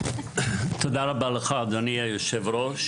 תודה רבה לך, אדוני היושב ראש.